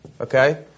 Okay